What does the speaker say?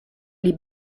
les